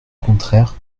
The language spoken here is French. contraire